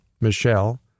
Michelle